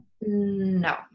No